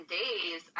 days